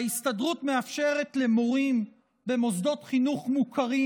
וההסתדרות מאפשרת למורים במוסדות חינוך מוכרים,